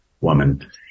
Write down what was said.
woman